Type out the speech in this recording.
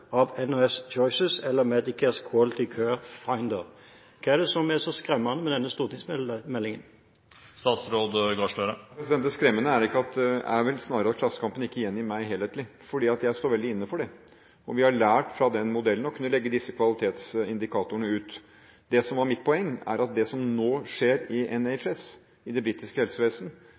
av sykehus og sykehjem, for eksempel etter modell av NHS choices eller Medicares Quality Care Finder.» Hva er det som er så skremmende med denne stortingsmeldingen? Det skremmende er vel snarere at Klassekampen ikke gjengir meg helhetlig, for jeg står veldig inne for det. Og vi har lært fra den modellen å kunne legge ut disse kvalitetsindikatorene. Det som var mitt poeng, er at det som nå skjer i NHS, i det britiske